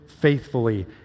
faithfully